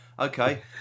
Okay